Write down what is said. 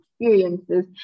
experiences